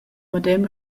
medem